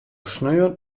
sneon